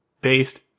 based